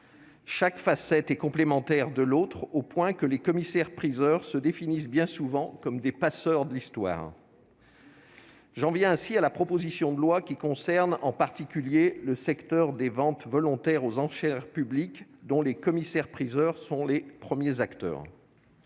Chaque facette est complémentaire de l'autre, au point que les commissaires-priseurs se définissent bien souvent comme des passeurs de l'histoire. J'en viens ainsi à la proposition de loi, qui concerne en particulier le secteur des ventes volontaires aux enchères publiques, dont les commissaires-priseurs sont les premiers acteurs.